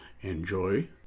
enjoy